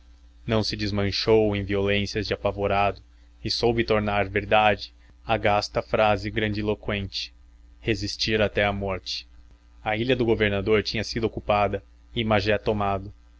não se desmanchou em violências de apavorado e soube tornar verdade a gasta frase grandiloqüente resistir até à morte a ilha do governador tinha sido ocupada e magé tomado